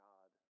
God